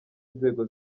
nzego